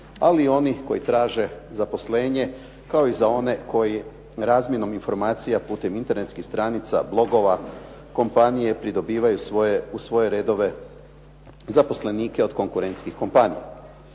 ali i oni koji traže zaposlenje, kao i za one koji razmjenom informacija putem internetskih stranica, blogova, kompanija, pridobivaju u svoje redove zaposlenike od konkurentskih kompanija.